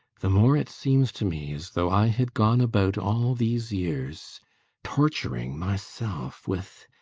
the more it seems to me as though i had gone about all these years torturing myself with